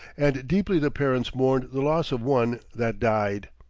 and deeply the parents mourned the loss of one that died.